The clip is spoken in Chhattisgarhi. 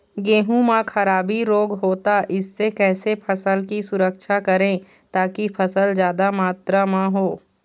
गेहूं म खराबी रोग होता इससे कैसे फसल की सुरक्षा करें ताकि फसल जादा मात्रा म हो?